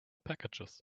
packages